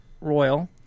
Royal